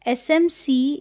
S M C